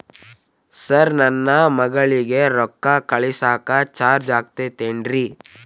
Sir ನನ್ನ ಮಗಳಗಿ ರೊಕ್ಕ ಕಳಿಸಾಕ್ ಚಾರ್ಜ್ ಆಗತೈತೇನ್ರಿ?